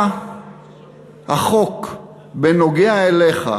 החוק בנוגע אליך,